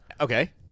Okay